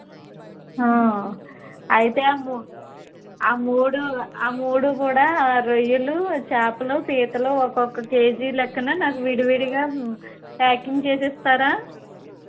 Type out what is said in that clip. అయితే ఆ మూ ఆ మూడు ఆ మూడు కూడా రొయ్యలు చేపలు పీతలు ఒక్కొక్క కేజీ లెక్కన నాకు విడివిడిగా ప్యాకింగ్ చేసి ఇస్తారా